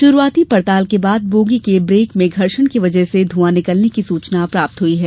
शुरुआती पड़ताल के बाद बोगी के ब्रेक में घर्षण की वजह से ध्रां निकलने की सूचना प्राप्त हुयी है